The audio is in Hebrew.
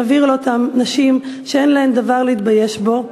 שמבהיר לאותן נשים שאין להן דבר להתבייש בו,